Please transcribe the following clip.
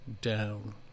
down